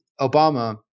Obama